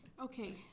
Okay